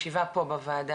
הישיבה פה בוועדה,